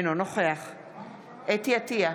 אינו נוכח חוה אתי עטייה,